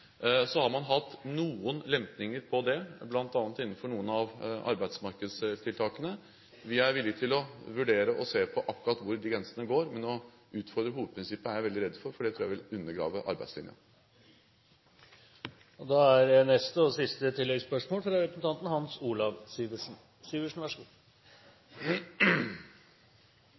Så har man hatt noen lempninger på det, bl.a. innenfor noen av arbeidsmarkedstiltakene. Vi er villig til å vurdere å se på akkurat hvor de grensene går, men å utfordre hovedprinsippet er jeg veldig redd for, for det tror jeg vil undergrave